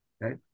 Right